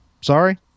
sorry